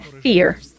fear